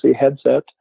headset